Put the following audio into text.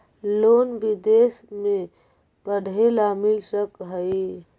Loan विदेश में पढ़ेला मिल सक हइ?